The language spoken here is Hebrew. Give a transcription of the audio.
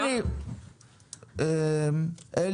יבגני, שקט בבקשה.